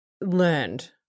learned